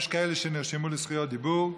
יש כאלה שנרשמו לזכות דיבור,